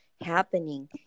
happening